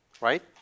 Right